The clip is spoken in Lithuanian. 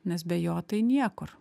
nes be jo tai niekur